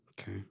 okay